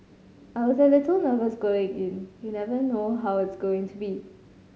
I was a little nervous going in you never know how it's going to be